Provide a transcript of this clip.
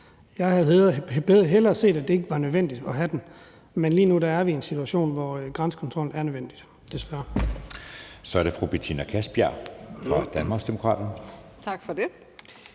Jeg havde hellere set, at det ikke var nødvendigt at have den, men lige nu er vi i en situation, hvor grænsekontrol er nødvendigt, desværre. Kl. 15:28 Anden næstformand (Jeppe Søe): Så er det